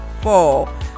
four